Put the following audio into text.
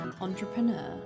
Entrepreneur